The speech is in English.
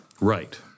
Right